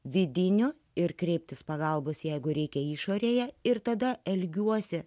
vidinio ir kreiptis pagalbos jeigu reikia išorėje ir tada elgiuosi